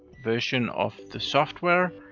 version of the software.